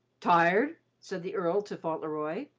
tired? said the earl to fauntleroy.